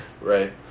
Right